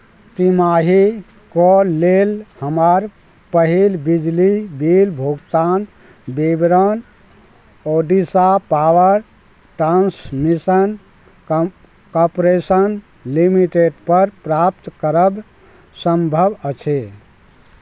तिमाहीके लेल हमर पहिल बिजली बिल भुगतान विवरण Odisha power transmission corp corporation लिमिटेडपर प्राप्त करब सम्भव अछि